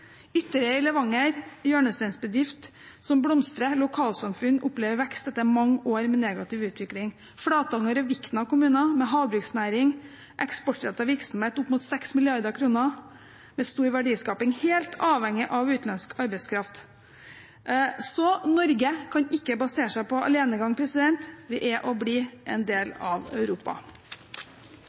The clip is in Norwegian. Levanger, med en hjørnesteinsbedrift som blomstrer, og hvor lokalsamfunnet opplever vekst etter mange år med negativ utvikling, og Flatanger og Vikna kommuner, med havbruksnæring, eksportrettet virksomhet med stor verdiskaping, opp mot 6 mrd. kr – helt avhengig av utenlandsk arbeidskraft. Norge kan ikke basere seg på alenegang. Vi er og blir en del av Europa.